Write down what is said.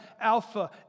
Alpha